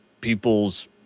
people's